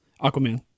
Aquaman